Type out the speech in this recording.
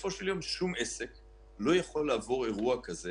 בסופו של יום, שום עסק לא יכול לעבור אירוע כזה